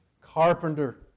carpenter